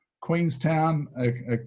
Queenstown